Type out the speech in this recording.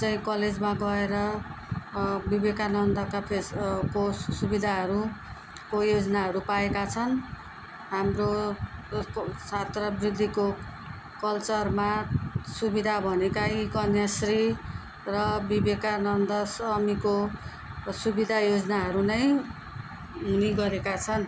चाहिँ कलेजमा गएर विवेकानन्दका पेस कोस सुविधाहरूको योजनाहरू पाएका छन् हाम्रो जस्तो छात्रवृत्तिको कलचरमा सुविधा भनेका नै कन्याश्री र विवेकानन्द स्वामीको सुविधा योजनाहरू नै हुने गरेका छन्